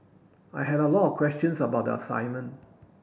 I had a lot of questions about the assignment